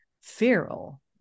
feral